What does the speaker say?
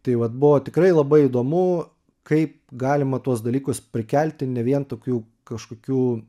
tai vat buvo tikrai labai įdomu kaip galima tuos dalykus prikelti ne vien tokiu kažkokiu